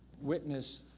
witness